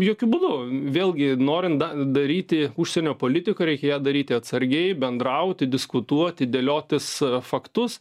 jokiu būdu vėlgi norin da daryti užsienio politiką reikia daryti atsargiai bendrauti diskutuoti dėliotis faktus